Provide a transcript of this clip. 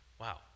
wow